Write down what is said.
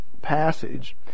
passage